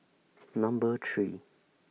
Number three